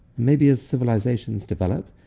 maybe as civilizations develop,